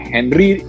Henry